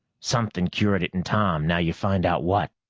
something cured it in tom. now you find out what.